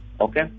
Okay